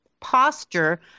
posture